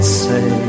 say